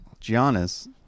Giannis